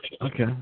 okay